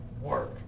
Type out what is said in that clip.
work